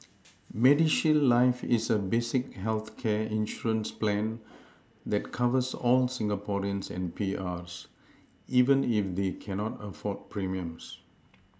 MediShield life is a basic healthcare insurance plan that covers all Singaporeans and P R's even if they cannot afford premiums